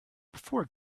before